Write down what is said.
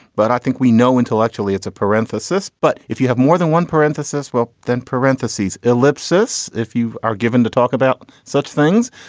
but i think we know intellectually it's a parentheses. but if you have more than one parenthesis, well, then parentheses ellipsis if you are given to talk about such things.